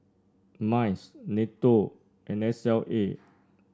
MICE NATO and S L A